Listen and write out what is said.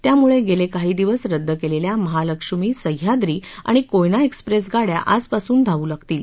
त्यामुळे गेले काही दिवस रद्द केलेल्या महालक्ष्मी सद्याद्री आणि कोयना एक्सप्रेस गाड्या आजपासून धावू लागतील